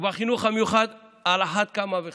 ובחינוך המיוחד על אחת כמה וכמה.